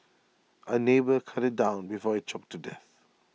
A neighbour cut IT down before IT choked to death